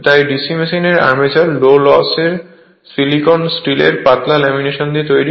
তাই DC মেশিনের armature low loss এর সিলিকন স্টিলের পাতলা ল্যামিনেশন দিয়ে তৈরি